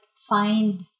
find